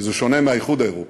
כי זה שונה מהאיחוד האירופי: